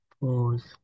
Pause